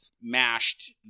mashed